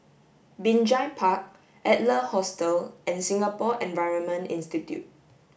Binjai Park Adler Hostel and Singapore Environment Institute